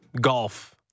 Golf